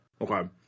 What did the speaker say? okay